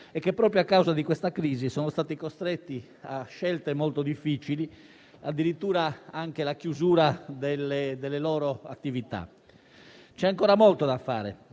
e che, proprio a causa di questa crisi, sono stati costretti a scelte molto difficili e, addirittura, anche alla chiusura delle loro attività. C'è ancora molto da fare